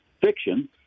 fiction